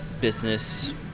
business